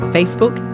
Facebook